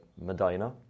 Medina